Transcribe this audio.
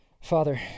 Father